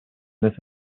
this